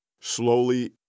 slowly